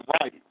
right